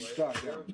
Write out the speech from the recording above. הוא נמצא, כן.